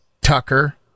tucker